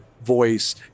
voice